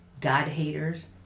God-haters